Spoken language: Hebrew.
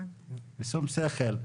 בשום שכל.